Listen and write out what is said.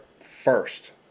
first